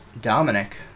Dominic